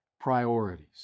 priorities